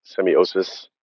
semiosis